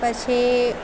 પછી